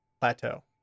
plateau